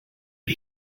did